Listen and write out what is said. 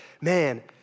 man